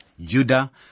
Judah